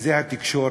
וזה התקשורת.